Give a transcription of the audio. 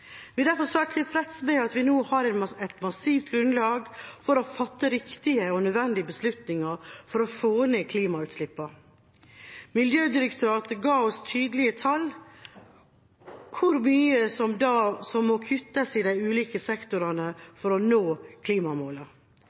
Vi er derfor svært tilfreds med at vi nå har et massivt grunnlag for å fatte riktige og nødvendige beslutninger for å få ned klimautslippene. Miljødirektoratet ga oss tydelige tall på hvor mye som må kuttes i de ulike sektorene for å nå